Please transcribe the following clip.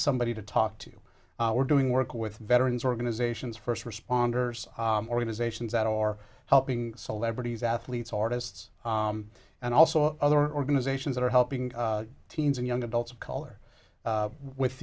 somebody to talk to we're doing work with veterans organizations first responders organizations that are helping celebrities athletes artists and also other organizations that are helping teens and young adults of color with